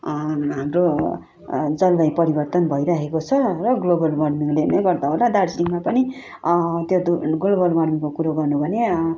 हाम्रो जलवायु परिवर्तन भइरहेको छ र ग्लोबल वार्मिङले नै गर्दा होला दार्जिलिङमा पनि त्यो ग्लोबल वार्मिङको कुरो गर्नु हो भने